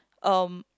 um